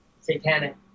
satanic